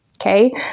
okay